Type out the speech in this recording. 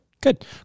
Good